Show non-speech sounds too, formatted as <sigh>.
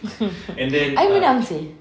<laughs> I menang seh